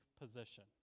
position